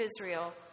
Israel